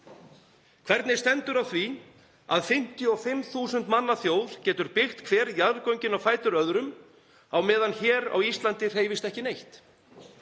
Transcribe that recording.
Hvernig stendur á því að 55.000 manna þjóð getur byggt hver jarðgöngin á fætur öðrum á meðan hér á Íslandi hreyfist ekki neitt?